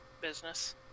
business